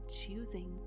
choosing